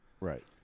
Right